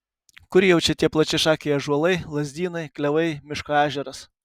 kur jau čia tie plačiašakiai ąžuolai lazdynai klevai miško ežeras